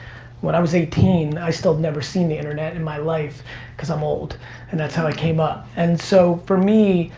when i was eighteen i still had never seen the internet in my life cause i'm old and that's how i came up. and so for me,